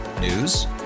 News